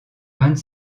vingt